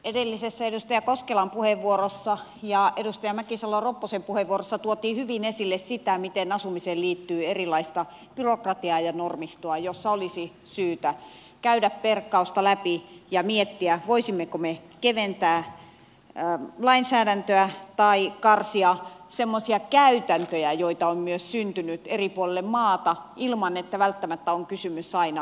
edellisessä edustaja koskelan puheenvuorossa ja edustaja mäkisalo ropposen puheenvuorossa tuotiin hyvin esille sitä miten asumiseen liittyy erilaista byrokratiaa ja normistoa jossa olisi syytä käydä perkausta läpi ja miettiä voisimmeko me keventää lainsäädäntöä tai karsia semmoisia käytäntöjä joita on myös syntynyt eri puolille maata ilman että välttämättä on kysymys aina lainsäädännöstä